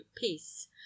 peace